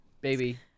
baby